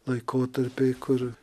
laikotarpiai kur